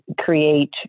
create